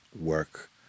work